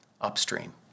upstream